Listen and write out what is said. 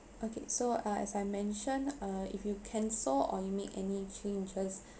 okay so uh as I mentioned uh if you cancel or you make any changes